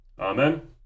Amen